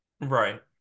right